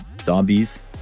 zombies